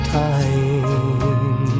time